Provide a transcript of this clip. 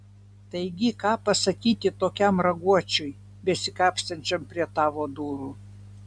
taigi ką pasakyti tokiam raguočiui besikapstančiam prie tavo durų